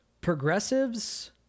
progressives